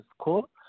school